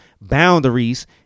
boundaries